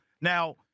Now –